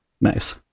Nice